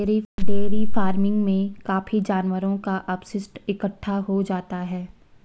dairy farming में काफी जानवरों का अपशिष्ट इकट्ठा हो जाता है